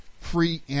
free